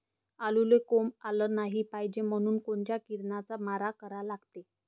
आलूले कोंब आलं नाई पायजे म्हनून कोनच्या किरनाचा मारा करा लागते?